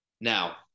Now